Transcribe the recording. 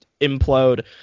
implode